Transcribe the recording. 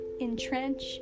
entrench